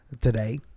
today